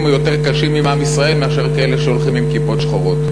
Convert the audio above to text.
או יותר קשים עם עם ישראל מאשר כאלה שהולכים עם כיפות שחורות.